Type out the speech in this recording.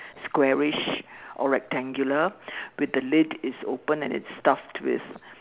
squarish or rectangular with the lid is open and it's stuffed with